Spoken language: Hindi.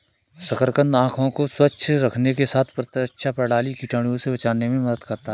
शकरकंद आंखों को स्वस्थ रखने के साथ प्रतिरक्षा प्रणाली, कीटाणुओं से बचाने में मदद करता है